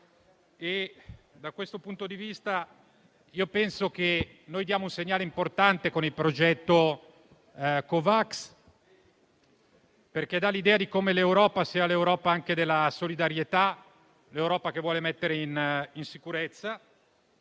Da questo punto di vista, penso che stiamo dando un segnale importante con il progetto Covax, perché dà l'idea di come l'Europa sia anche l'Europa della solidarietà, che vuole mettere in sicurezza.